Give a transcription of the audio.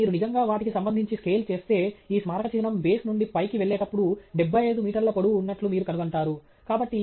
కాబట్టి మీరు నిజంగా వాటికి సంబంధించి స్కేల్ చేస్తే ఈ స్మారక చిహ్నం బేస్ నుండి పైకి వెళ్లేటప్పుడు 75 మీటర్ల పొడవు ఉన్నట్లు మీరు కనుగొంటారు